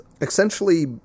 essentially